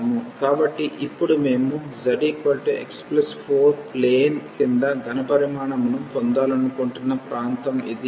కాబట్టి ఇప్పుడు మేము z x4 ప్లేన్ క్రింద ఘనపరిమాణమును పొందాలనుకుంటున్న ప్రాంతం ఇది